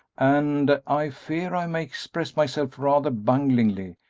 and i fear i may express myself rather bunglingly,